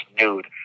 nude